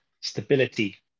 stability